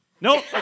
Nope